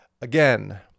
again